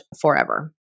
forever